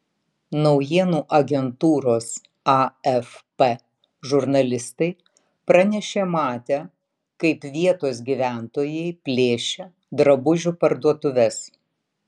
naujienų agentūros afp žurnalistai pranešė matę kaip vietos gyventojai plėšia drabužių parduotuves